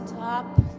Stop